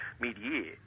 mid-year